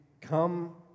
come